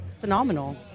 phenomenal